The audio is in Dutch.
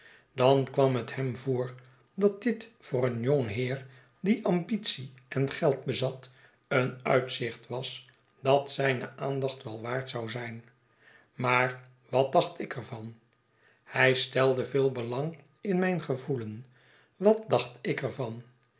dan kwam het hem voor dat dit voor een jong heer die ambitie en geld bezat een uitzicht was dat zijne aandacht wel waard zou zijn maar wat dacht ik er van hij stelde veel belang in mijn gevoelen wat dacht ik er